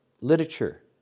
literature